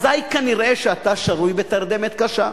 כנראה אתה שרוי בתרדמת קשה.